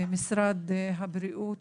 משרד הבריאות